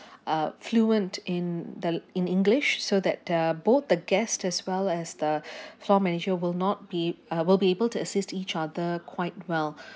uh fluent in the in english so that the both the guest as well as the floor manager will not be uh will be able to assist each other quite well